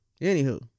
Anywho